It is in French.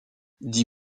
dis